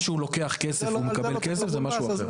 מה שהוא לוקח כסף והוא מקבל כסף, זה משהו אחר.